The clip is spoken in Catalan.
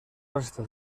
resta